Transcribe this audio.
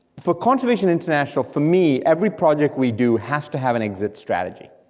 for conservation international, for me, every project we do has to have an exit strategy.